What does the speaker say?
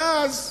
ואז,